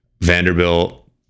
vanderbilt